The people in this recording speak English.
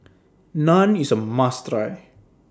Naan IS A must Try